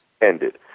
ended